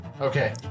Okay